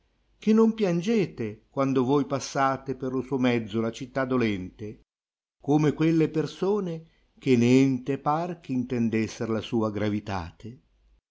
che non piangete quando voi passate per lo suo mezzo la città dolente come quelle persone che neente par che intendesser la sua gravitate se